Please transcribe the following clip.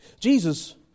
Jesus